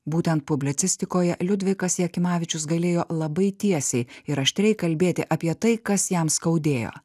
būtent publicistikoje liudvikas jakimavičius galėjo labai tiesiai ir aštriai kalbėti apie tai kas jam skaudėjo